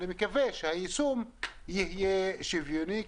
ואני מקווה שהיישום יהיה שוויוני,